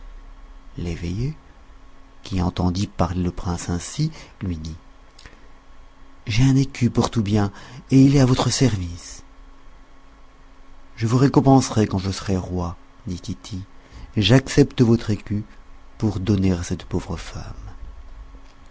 l'eveillé qui entendit parler le prince ainsi lui dit j'ai un écu pour tout bien et il est à votre service je vous récompenserai quand je serai roi dit tity j'accepte votre écu pour donner à cette pauvre femme